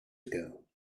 ago